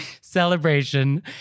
celebration